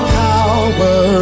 power